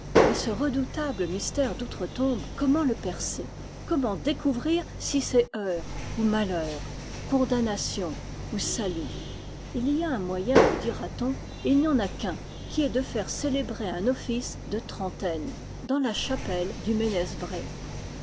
mais ce redoutable mystère d'outre-tombe comment le percer comment découvrir si c'est heur ou malheur con damnation ou salut il y a un moyen vous dira-t-on et il n'y en a qu'un qui est de faire célébrer un office de tren taine dans la chapelle du